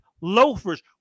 loafers